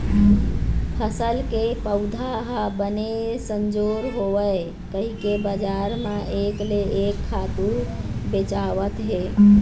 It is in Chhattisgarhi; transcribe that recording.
फसल के पउधा ह बने संजोर होवय कहिके बजार म एक ले एक खातू बेचावत हे